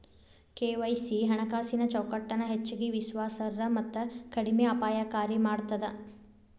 KYC ಹಣಕಾಸಿನ್ ಚೌಕಟ್ಟನ ಹೆಚ್ಚಗಿ ವಿಶ್ವಾಸಾರ್ಹ ಮತ್ತ ಕಡಿಮೆ ಅಪಾಯಕಾರಿ ಮಾಡ್ತದ